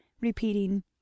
repeating